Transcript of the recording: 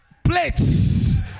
Plates